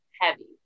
heavy